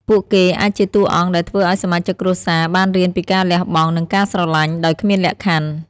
ពួកគេអាចជាតួអង្គដែលធ្វើឲ្យសមាជិកគ្រួសារបានរៀនពីការលះបង់ និងការស្រឡាញ់ដោយគ្មានលក្ខខណ្ឌ។